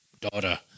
daughter